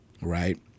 right